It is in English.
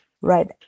right